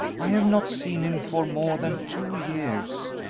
i have not seen him for more than two years.